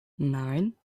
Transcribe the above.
nein